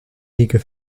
eager